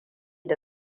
da